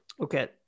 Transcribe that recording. Okay